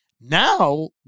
Now